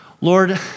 Lord